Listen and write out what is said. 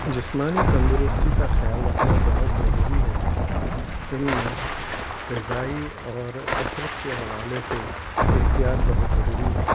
جسمانی تندرستی کا خیال رکھنا بہت ضروری ہے ان میں غذائی اور کسرت کے حوالے سے احتیاط بہت ضروری ہے